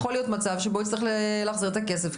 יכול להיות מצב שבו הוא יצטרך להחזיר את הכסף,